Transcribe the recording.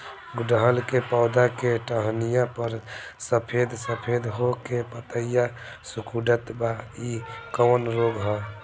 गुड़हल के पधौ के टहनियाँ पर सफेद सफेद हो के पतईया सुकुड़त बा इ कवन रोग ह?